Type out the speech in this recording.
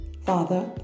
Father